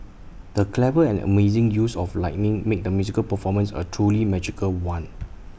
the clever and amazing use of lighting made the musical performance A truly magical one